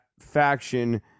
faction